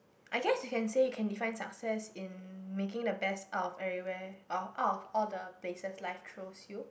I guess you can say you can define success in making the best of everywhere or of all the basic like close you